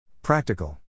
Practical